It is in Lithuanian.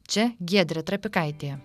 čia giedrė trapikaitė